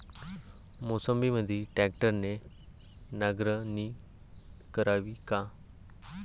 मोसंबीमंदी ट्रॅक्टरने नांगरणी करावी का?